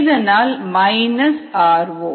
இதனால் r0